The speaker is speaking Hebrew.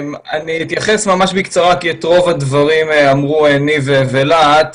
אתייחס ממש בקצרה כי את רוב הדברים אמרו ניב ולהט.